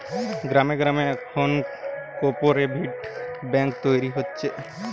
গ্রামে গ্রামে এখন কোপরেটিভ বেঙ্ক তৈরী হচ্ছে